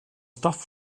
stuff